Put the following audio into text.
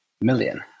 million